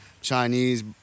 Chinese